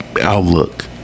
outlook